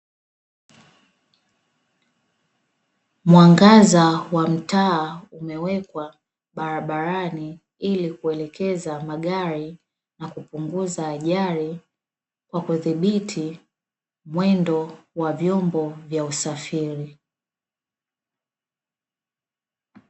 Mwangaza wa mtaa umewekwa barabarani, ili kuelekeza magari na kupunguza ajali, kwa kudhibiti mwendo wa vyombo vya usafiri.